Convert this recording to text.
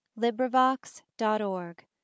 Librivox.org